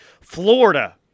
Florida